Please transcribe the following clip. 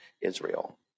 Israel